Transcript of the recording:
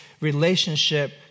relationship